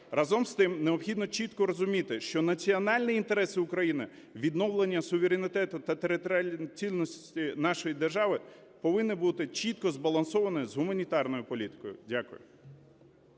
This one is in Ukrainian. Разом з тим, необхідно чітко розуміти, що національні інтереси України, відновлення суверенітету та територіальної цілісності нашої держави повинні бути чітко збалансоване з гуманітарною політикою. Дякую.